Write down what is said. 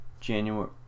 January